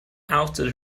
outed